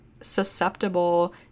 susceptible